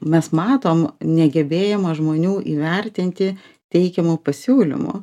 mes matom negebėjimą žmonių įvertinti teikiamų pasiūlymų